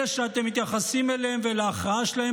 אלה שאתם מתייחסים אליהם ולהכרעה שלהם